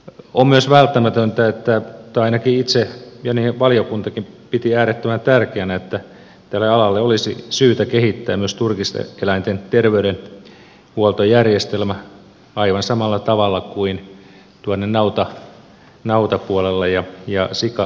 on myös välttämätöntä tai ainakin itse pidän kuten valiokuntakin äärettömän tärkeänä että tälle alalle olisi syytä kehittää myös turkista eläintä kehitettäisiin turkiseläinten terveydenhuoltojärjestelmä aivan samalla tavalla kuin tuonne nautapuolelle ja sikapuolelle